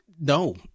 No